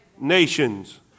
nations